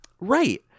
Right